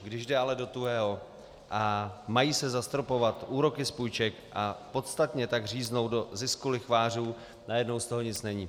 Když jde ale do tuhého a mají se zastropovat úroky z půjček a podstatně tak říznout do zisku lichvářů, najednou z toho nic není.